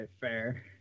fair